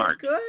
good